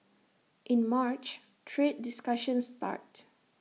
in March trade discussions start